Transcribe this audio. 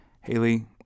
Haley